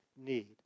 need